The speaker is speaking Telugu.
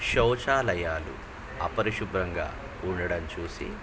శౌచాలయాలు అపరిశుభ్రంగా ఉండడం చూసి